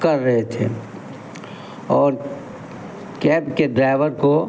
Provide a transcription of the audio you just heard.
कर रहे थे और कैब के ड्राईवर को